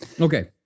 Okay